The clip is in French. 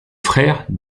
frère